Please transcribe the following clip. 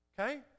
Okay